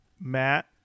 Matt